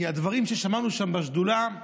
כי הדברים ששמענו שם בשדולה,